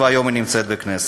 והיום היא נמצאת בכנסת.